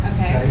Okay